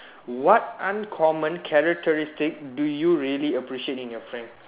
what uncommon characteristic do you really appreciate in your friend